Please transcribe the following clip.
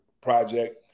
project